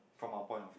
from our point of